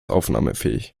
aufnahmefähig